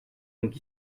donc